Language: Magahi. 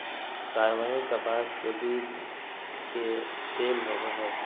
कार्बनिक कपास के बीज के तेल होबो हइ